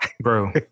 Bro